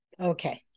Okay